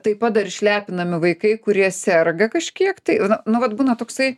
taip pat dar išlepinami vaikai kurie serga kažkiek tai nu vat būna toksai